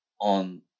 on